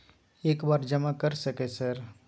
एक बार जमा कर सके सक सर?